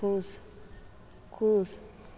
खुश खुश